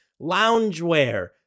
loungewear